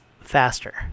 faster